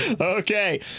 Okay